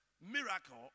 miracle